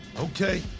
Okay